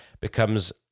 becomes